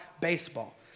baseball